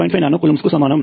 5 nano coulombs కు సమానము